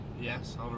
Yes